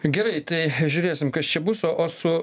gerai tai žiūrėsim kas čia bus o o su